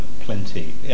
plenty